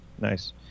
Nice